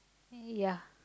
ya